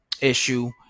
issue